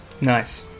Nice